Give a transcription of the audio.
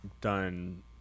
done